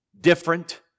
different